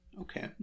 okay